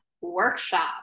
Workshop